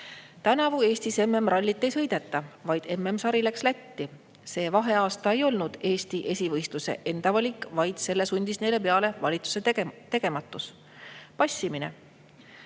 Tänavu Eestis MM‑rallit ei sõideta, MM‑sari läks Lätti. See vaheaasta ei olnud Eesti esivõistluse enda valik, vaid selle sundis neile peale valitsuse tegematus, passimine.